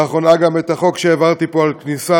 לאחרונה גם העברתי פה את החוק על כניסה